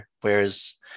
whereas